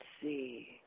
see